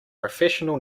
professional